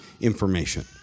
information